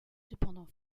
cependant